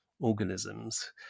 organisms